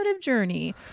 journey